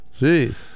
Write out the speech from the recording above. Jeez